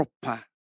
proper